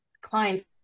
clients